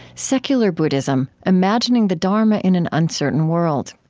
secular buddhism imagining the dharma in an uncertain world.